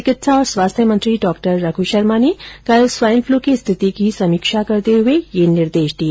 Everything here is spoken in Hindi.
चिकित्सा और स्वास्थ्य मंत्री डॉ रघ् शर्मा ने कल स्वाइन फलू की स्थिति की समीक्षा करते हए यह निर्देश दिए